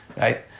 right